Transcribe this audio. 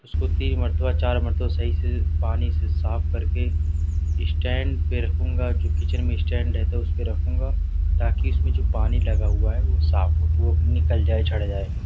اس کو تین مرتبہ چار مرتبہ صحیح سے پانی سے صاف کر کے اسٹینڈ پہ رکھوں گا جو کچن میں اسٹینڈ ہے تو اس پہ رکھوں گا تاکہ اس میں جو پانی لگا ہوا ہے وہ صاف ہو وہ نکل جائے جھڑ جائے